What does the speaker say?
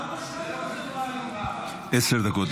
חד-משמעית,